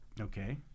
Okay